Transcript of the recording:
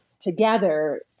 together